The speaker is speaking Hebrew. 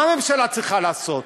מה הממשלה צריכה לעשות?